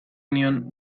nion